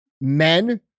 men